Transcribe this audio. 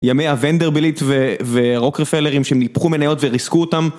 ימי הוונדרבליט ו.. ו.. הרוקרפלרים שהם ניפחו מניות וריסקו אותם